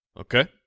Okay